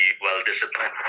well-disciplined